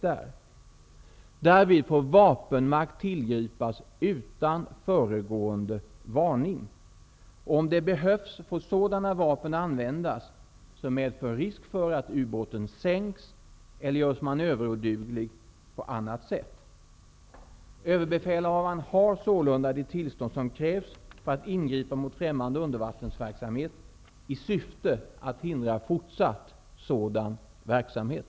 Därvid får vapenmakt tillgripas utan föregående varning och om det behövs får sådana vapen användas som medför risk för att ubåten sänks eller görs manöveroduglig på annat sätt. Överbefälhavaren har sålunda de tillstånd som krävs för att ingripa mot främmande undervattensverksamhet i syfte att hindra fortsatt sådan verksamhet.